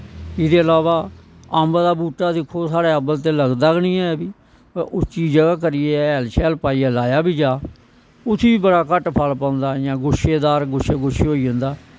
इह्दे इलावा अम्ब दा बूह्टा दिक्खो साढ़ै अम्ब ते लगदा गै नी ऐ भाई व उच्ची जगह करियै हैल शैल पाइयै लाया बी जा उसी बी बड़ा घट्ट फल पौंदा इयां गुच्छेदार गुच्छे गुच्छे होई जंदा